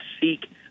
seek